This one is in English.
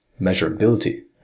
measurability